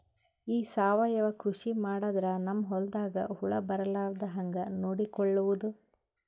ಈ ಸಾವಯವ ಕೃಷಿ ಮಾಡದ್ರ ನಮ್ ಹೊಲ್ದಾಗ ಹುಳ ಬರಲಾರದ ಹಂಗ್ ನೋಡಿಕೊಳ್ಳುವುದ?